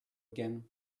again